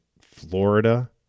Florida